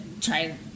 try